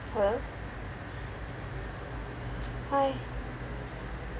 hello hi